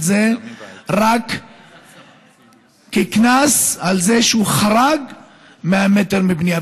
זה רק כקנס על זה שהוא חרג מ-100 מטר לבנייה.